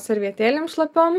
servetėlėm šlapiom